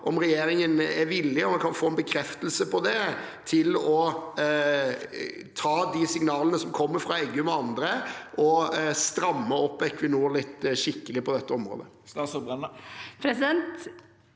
om regjeringen er villig – og om vi kan få en bekreftelse på det – til å ta de signalene som kommer fra Eggum og andre, og stramme opp Equinor litt skikkelig på dette området.